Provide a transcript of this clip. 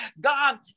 God